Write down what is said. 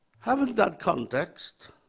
having that context,